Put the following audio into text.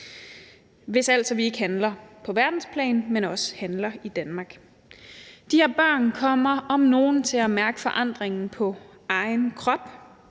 altså vi ikke handler på verdensplan, men også handler i Danmark. De her børn kommer om nogen til at mærke forandringen på egen krop,